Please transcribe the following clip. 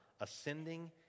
ascending